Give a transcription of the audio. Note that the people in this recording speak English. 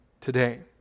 today